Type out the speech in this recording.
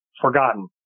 forgotten